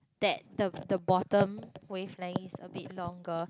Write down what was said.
that the the bottom wavelength is a bit longer